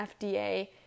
FDA